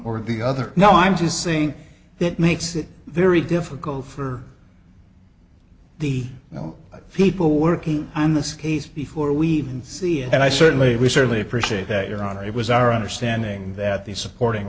or the other now i'm just saying that makes it very difficult for the you know people working on this case before we even see it and i certainly we certainly appreciate that your honor it was our understanding that the supporting